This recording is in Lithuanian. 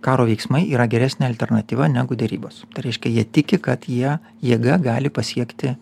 karo veiksmai yra geresnė alternatyva negu derybos tai reiškia jie tiki kad jie jėga gali pasiekti